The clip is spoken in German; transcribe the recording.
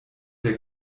der